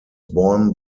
born